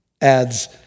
adds